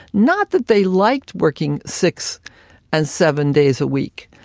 not that they liked working six and seven days a week.